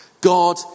God